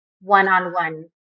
one-on-one